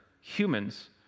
Humans